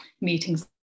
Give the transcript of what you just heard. meetings